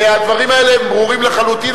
הדברים האלה הם ברורים לחלוטין.